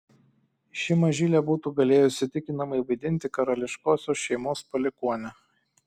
ši mažylė būtų galėjusi įtikinamai vaidinti karališkosios šeimos palikuonę